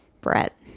Brett